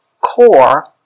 core